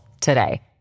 today